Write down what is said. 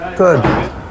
Good